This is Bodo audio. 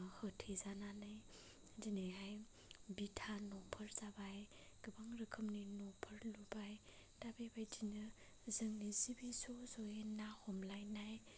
होथेजानानै दिनैहाय बिथा न'फोर जाबाय गोबां रोखोमनि न'फोर लुबाय दा बेबादिनो जोंनि जि बे ज' ज' ना हमलायनाय